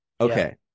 Okay